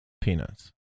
peanuts